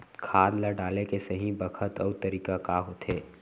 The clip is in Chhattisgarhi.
खाद ल डाले के सही बखत अऊ तरीका का होथे?